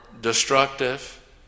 destructive